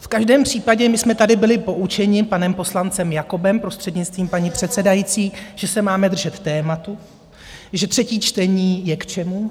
V každém případě, my jsme tady byli poučeni panem poslancem Jakobem, prostřednictvím paní předsedající, že se máme držet tématu, že třetí čtení je k čemu?